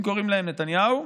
אם קוראים להם נתניהו,